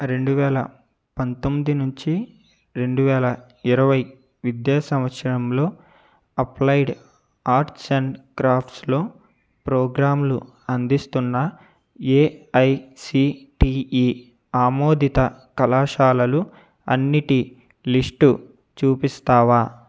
రెండు వేల పంతొమ్మిది నుంచి రెండు వేల ఇరవై విద్యా సంవత్సరంలో అప్లైడ్ ఆర్ట్స్ అండ్ క్రాఫ్ట్స్లో ప్రోగ్రామ్లు అందిస్తున్న ఏఐసీటీఈ ఆమోదిత కళాశాలలు అన్నిటి లిస్టు చూపిస్తావా